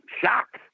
shocked